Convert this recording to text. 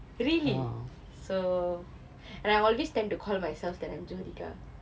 really so and I always tend to call myself that I'm jyothika